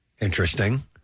Interesting